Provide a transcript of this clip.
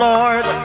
Lord